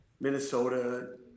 Minnesota